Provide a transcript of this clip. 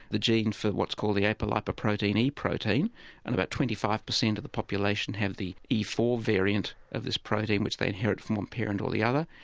the gene for what's called the apolipoprotein e protein and about twenty five percent of the population have the e four variant of this protein which they inherit from one parent or the other.